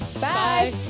Bye